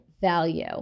value